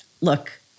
look